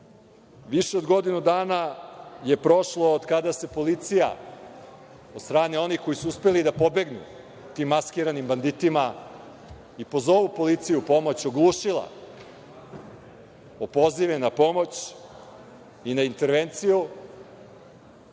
Više od godinu dana je prošlo od kada se policija od strane onih koji su uspeli da pobegnu tim maskiranim banditima i pozovu policiju u pomoć, oglušila o pozive na pomoć i na intervenciju.